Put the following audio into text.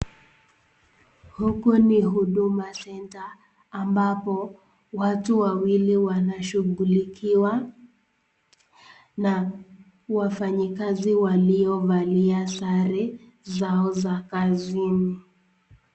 Huku ni Huduma Centre ambapo watu wawili wanashughulikiwa na wafanyikazi waliovalia sare zao za kazini.